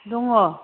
दङ